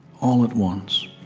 all at once